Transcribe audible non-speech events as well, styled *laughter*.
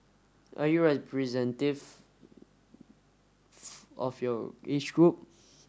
are you *unintelligible* of your age group